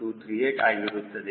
00238 ಆಗಿರುತ್ತದೆ